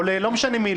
לא משנה מי,